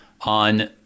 on